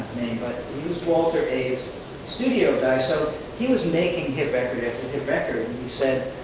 but he was walter a's studio guy. so he was making hit record after hit record, and he said,